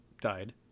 died